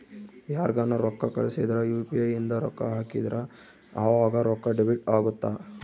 ಯಾರ್ಗನ ರೊಕ್ಕ ಕಳ್ಸಿದ್ರ ಯು.ಪಿ.ಇ ಇಂದ ರೊಕ್ಕ ಹಾಕಿದ್ರ ಆವಾಗ ರೊಕ್ಕ ಡೆಬಿಟ್ ಅಗುತ್ತ